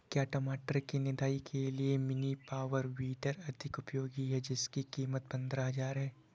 क्या टमाटर की निदाई के लिए मिनी पावर वीडर अधिक उपयोगी है जिसकी कीमत पंद्रह हजार है?